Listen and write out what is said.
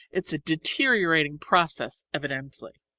it's a deteriorating process, evidently.